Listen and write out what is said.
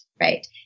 right